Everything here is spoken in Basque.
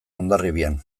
hondarribian